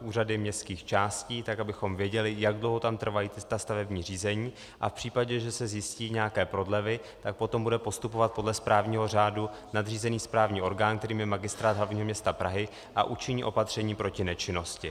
úřady městských částí, tak abychom věděli, jak dlouho tam trvají ta stavební řízení, a v případě, že se zjistí nějaké prodlevy, tak potom bude postupovat podle správního řádu nadřízený správní orgán, kterým je Magistrát hlavního města Prahy, a učiní opatření proti nečinnosti.